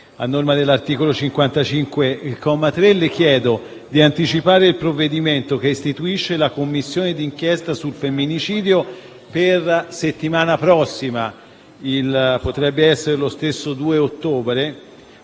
A norma dell'articolo 55, comma 3, le chiedo di anticipare il provvedimento che istituisce la Commissione d'inchiesta sul femminicidio alla settimana prossima, potrebbe essere lo stesso 2 ottobre